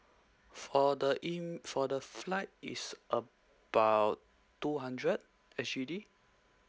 for the em~ for the flight is about two hundred S_G_D